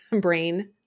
brain